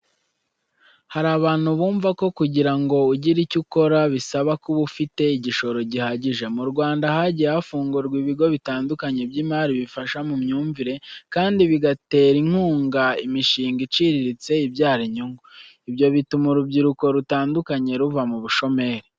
Hari abantu bumvako kugira ngo ugire icyo ukora, bisaba kuba ufite igishoro gihagije. Mu Rwanda hagiye hafungurwa ibigo bitandukanye by'imari bifasha mu myumvire kandi bigatera inkunga imishinga iciriritse ibyara inyungu. Ibyo bituma urubyiruko rutandukanye ruva mu bushomeri.